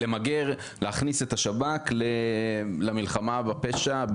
להכניס את השב"כ למלחמה בפשע,